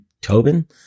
Tobin